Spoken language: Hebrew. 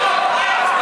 מצביעים,